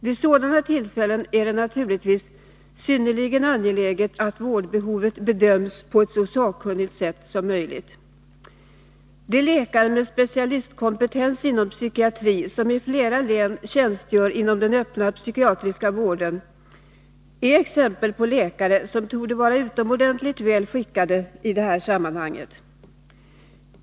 Vid sådana tillfällen är det naturligtvis synnerligen angeläget att vårdbehovet bedöms på ett så sakkunnigt sätt som möjligt. De läkare med specialistkompetens inom psykiatri som i flera län tjänstgör inom den öppna psykiatriska vården är exempel på läkare som torde vara utomordentligt väl skickade för tjänstgöring i det här sammanhanget.